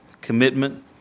commitment